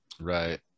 Right